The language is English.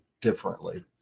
differently